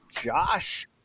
Josh